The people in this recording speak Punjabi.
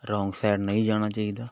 ਰੋਂਗ ਸਾਈਡ ਨਹੀਂ ਜਾਣਾ ਚਾਹੀਦਾ